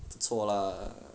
不错了